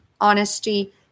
honesty